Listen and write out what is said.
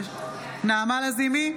נעמה לזימי,